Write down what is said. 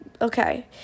okay